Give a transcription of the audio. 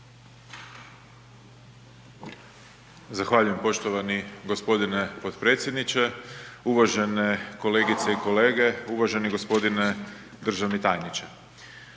Zahvaljujem poštovani gospodine potpredsjedniče. Uvažene kolegice i kolege, uvaženi gospodine državni tajniče.